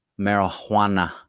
marijuana